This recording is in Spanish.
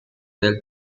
del